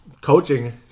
coaching